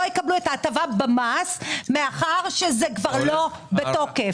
יקבלו את ההטבה במס מאחר וזה כבר לא בתוקף.